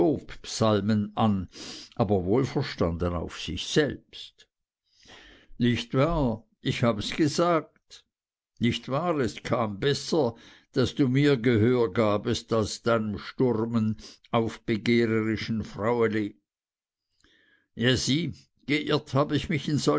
an aber wohlverstanden auf sich selbst nicht wahr ich habs gesagt nicht wahr es kam besser daß du mir gehör gabest als deinem sturmen aufbegehrischen fraueli ja sieh geirrt habe ich mich